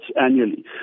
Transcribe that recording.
annually